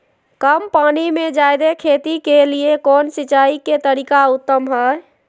कम पानी में जयादे खेती के लिए कौन सिंचाई के तरीका उत्तम है?